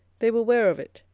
they were ware of it,